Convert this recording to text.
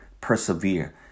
persevere